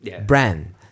brand